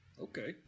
Okay